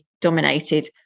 dominated